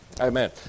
Amen